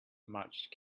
much